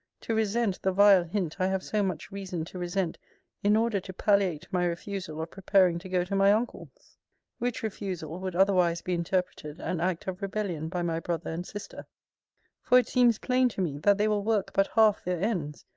to resent the vile hint i have so much reason to resent in order to palliate my refusal of preparing to go to my uncle's which refusal would otherwise be interpreted an act of rebellion by my brother and sister for it seems plain to me, that they will work but half their ends,